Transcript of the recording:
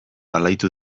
alaitu